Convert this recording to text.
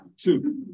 Two